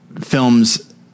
films